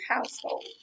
household